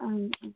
आम् आ